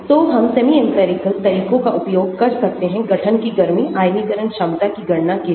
तो हम सेमीइंपिरिकल तरीकों का उपयोग कर सकते हैं गठन की गर्मी आयनीकरण क्षमता की गणना के लिए